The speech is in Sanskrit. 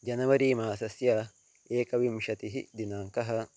जनवरी मासस्य एकविंशतिः दिनाङ्कः